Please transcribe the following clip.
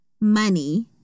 money